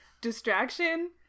distraction